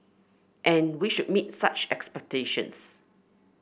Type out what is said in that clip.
and we should meet such expectations